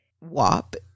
wop